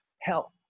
help